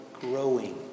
growing